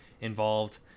involved